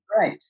Right